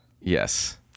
yes